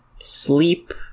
sleep